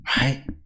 right